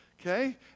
Okay